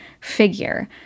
figure